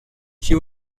she